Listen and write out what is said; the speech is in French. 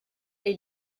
est